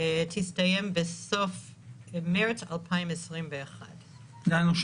תסתיים בסוף מרץ 2021. דהיינו,